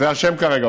זה השם כרגע,